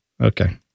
Okay